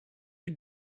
you